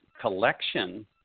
collection